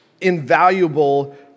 invaluable